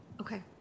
Okay